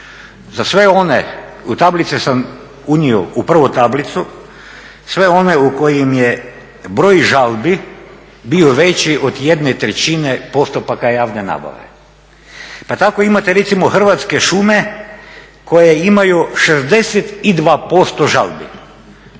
za sve one, u tablice sam unio, u prvu tablicu sve one u kojim je broj žalbi bio veći od jedne trećine postupaka javne nabave. Pa tako imate recimo Hrvatske šume koje imaju 62% žalbi,